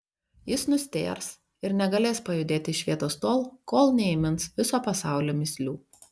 jis nustėrs ir negalės pajudėti iš vietos tol kol neįmins viso pasaulio mįslių